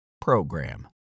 program